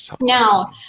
Now